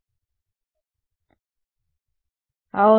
విద్యార్థి కానీ మీరు సరిహద్దు షరతులను వర్తింపజేయలేరు సమయం 0705 చూడండి